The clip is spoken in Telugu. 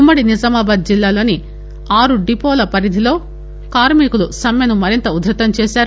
ఉమ్మడి నిజామాబాద్లోని ఆరు డిపోల పరిధిలో కార్శికులు సమ్మెను మరింత ఉధ్పతం చేశారు